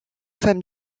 femme